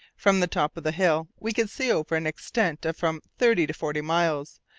from the top of the hill we could see over an extent of from thirty to forty miles,